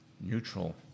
neutral